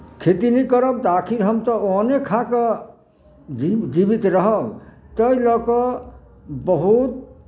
खेती नहि करब तऽ आखिर हमसभ अन्ने खा कऽ दि जीवित रहब ताहि लऽ कऽ बहुत